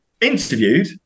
interviewed